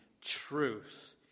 truth